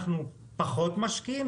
אנחנו פחות משקיעים,